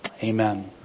Amen